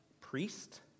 priest